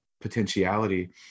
potentiality